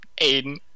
Aiden